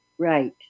Right